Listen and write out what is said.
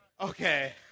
Okay